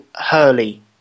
Hurley